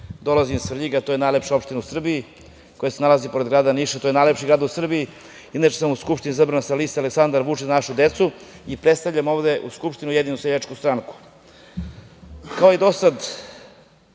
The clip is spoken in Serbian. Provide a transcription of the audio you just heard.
Dolazim iz Svrljiga. To je najlepša opština u Srbiji koja se nalazi pored grada Niša. To je najlepši grad u Srbiji. Inače, u Skupštini sam izabran sa liste „Aleksandar Vučić – Za našu decu“ i predstavljam ovde u Skupštini Ujedinjenu seljačku stranku. Kao i do sada,